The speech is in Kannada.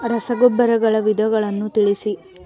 ರಸಗೊಬ್ಬರಗಳ ವಿಧಗಳನ್ನು ತಿಳಿಸಿ?